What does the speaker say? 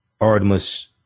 Artemis